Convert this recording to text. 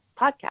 podcast